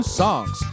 songs